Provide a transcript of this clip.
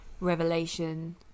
revelation